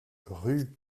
rue